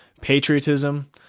patriotism